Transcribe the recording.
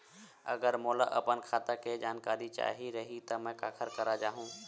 अगर मोला अपन खाता के जानकारी चाही रहि त मैं काखर करा जाहु?